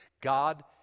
God